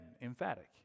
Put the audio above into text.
emphatic